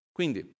Quindi